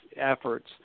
efforts